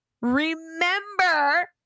Remember